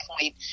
point